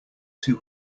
too